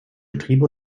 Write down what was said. betriebe